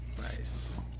Nice